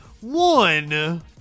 One